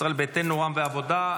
ישראל ביתנו והעבודה.